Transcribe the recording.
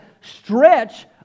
stretch